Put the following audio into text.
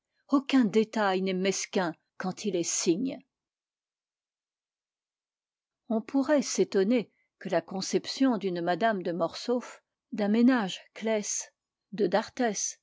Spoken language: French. aucun détail n'est mesquin quand il est signe on pourrait s'étonner que la conception d'une m de morsauf d'un ménage clacs de d'arthez